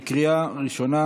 בקריאה ראשונה.